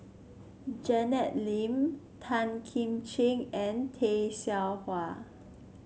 Janet Lim Tan Kim Ching and Tay Seow Huah